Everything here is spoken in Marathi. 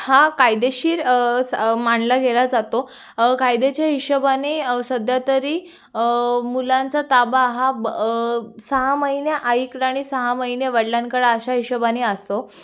हा कायदेशीर स मानला गेला जातो कायद्याच्या हिशेबाने सध्या तरी मुलांचा ताबा हा ब सहा महिने आईकडं आणि सहा महिने वडिलांकडं अशा हिशेबाने असतो